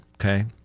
okay